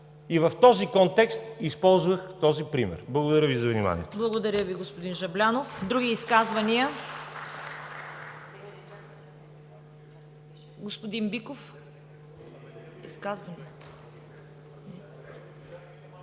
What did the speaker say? и в този контекст използвах този пример. Благодаря Ви за вниманието.